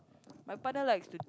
my partner likes to